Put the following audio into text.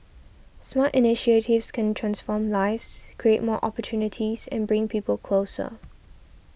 smart initiatives can transform lives create more opportunities and bring people closer